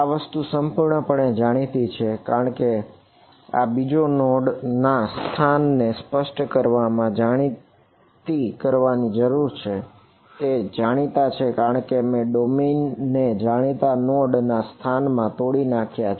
આ વસ્તુ સંપૂર્ણપણે જાણીતી છે કારણ કે આ બીજા નોડ ના સ્થાન માં તોડી નાખ્યા છે